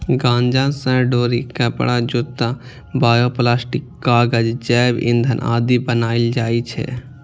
गांजा सं डोरी, कपड़ा, जूता, बायोप्लास्टिक, कागज, जैव ईंधन आदि बनाएल जाइ छै